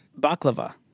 Baklava